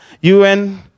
UN